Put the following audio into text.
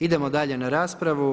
Idemo dalje na raspravu.